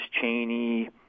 Cheney